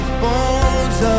bones